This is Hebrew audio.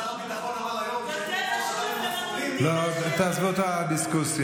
שר הביטחון אמר היום, תעזבו את הדיסקוסיה.